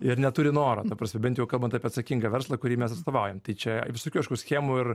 ir neturi noro ta prasme bent jau kalbant apie atsakingą verslą kurį mes atstovaujam tai čia visokių aišku schemų ir